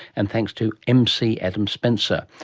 and thanks to mc adam spencer,